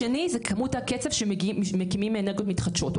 השני זה כמות הקצב שמקימים מאנרגיות מתחדשות.